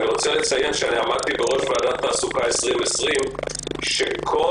אני רוצה לציין שעמדתי בראש ועדת תעסוקה 2020. כל